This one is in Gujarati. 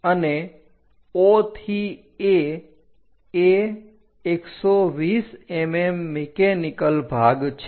અને O થી A એ 120 mm મિકેનિકલ ભાગ છે